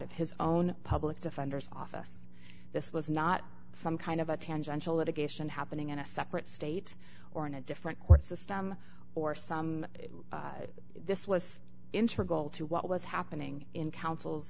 of his own public defender's office this was not some kind of a tangential litigation happening in a separate state or in a different court system or some this was interglacial to what was happening in coun